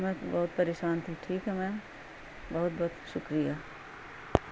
میں بہت پریشان تھی ٹھیک ہے میم بہت بہت شکریہ